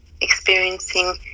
experiencing